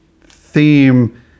theme